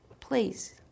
please